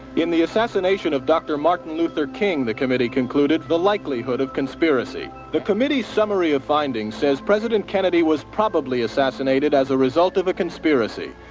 in the assassination of dr. martin luther king, the committee concluded the likelihood of conspiracy. the committee's summary of findings says president kennedy was. probably assassinated assassinated as a result of a conspiracy,